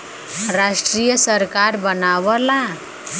राष्ट्रीय सरकार बनावला